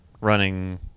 running